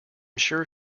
sure